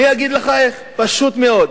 אני אגיד לך איך, פשוט מאוד,